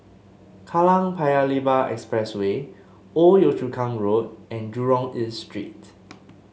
Kallang Paya Lebar Expressway Old Yio Chu Kang Road and Jurong East Street